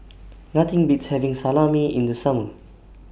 Nothing Beats having Salami in The Summer